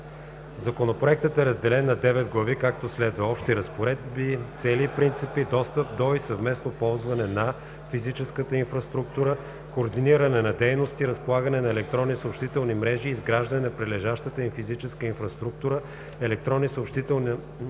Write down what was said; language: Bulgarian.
Законопроектът е разделен на девет глави, както следва: „Общи разпоредби“; „Цели и принципи“; „Достъп до и съвместно ползване на физическата инфраструктура“; „Координиране на дейности“; „Разполагане на електронни съобщителни мрежи и изграждане на прилежащата им физическа инфраструктура“; „Електронни съобщителни мрежа